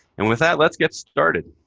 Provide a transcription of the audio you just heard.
and with that, let's get started.